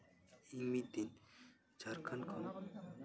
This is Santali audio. ᱤᱧ ᱢᱤᱫ ᱫᱤᱱ ᱡᱷᱟᱲᱠᱷᱚᱱᱰ ᱠᱷᱚᱱ